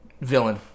villain